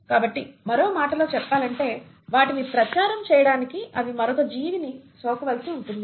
కాబట్టి మరో మాటలో చెప్పాలంటే వాటిని ప్రచారం చేయడానికి అవి మరొక జీవికి సోకవలసి ఉంటుంది